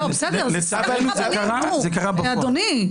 אדוני.